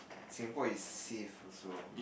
Singapore is safe also